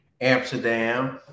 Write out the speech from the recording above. Amsterdam